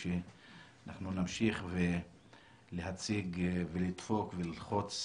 שאנחנו נמשיך להציג ולדפוק וללחוץ